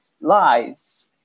lies